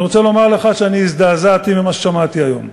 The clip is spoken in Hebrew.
אני רוצה לומר לך שאני הזדעזעתי ממה ששמעתי היום.